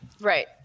Right